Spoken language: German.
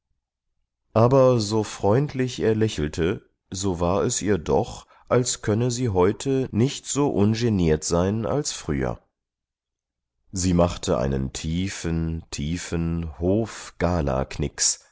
aber so freundlich er lächelte so war es ihr doch als könne sie heute nicht so ungeniert sein als früher sie machte einen tiefen tiefen hofgala knix